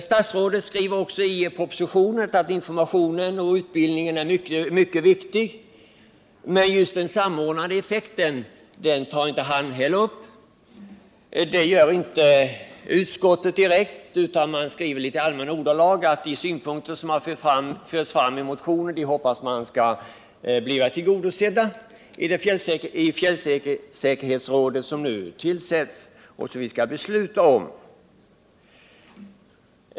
Statsrådet skriver också i propositionen att informationen och utbildningen är mycket viktiga, men just den samordnade effekten tar han inte upp. Det gör inte heller utskottet direkt utan skriver i allmänna ordalag att utskottet hoppas att de synpunkter som har förts fram i motionen skall bli tillgodosedda i det fjällsäkerhetsråd som vi nu skall besluta att tillsätta, men någon egen åsikt har man inte.